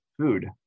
food